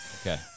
okay